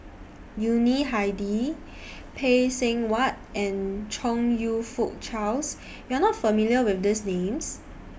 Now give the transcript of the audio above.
Yuni Hadi Phay Seng Whatt and Chong YOU Fook Charles YOU Are not familiar with These Names